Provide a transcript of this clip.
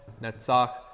Netzach